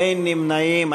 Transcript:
אין נמנעים.